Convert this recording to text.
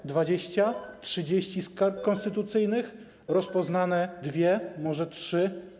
Na 20, 30 skarg konstytucyjnych rozpoznano dwie, może trzy.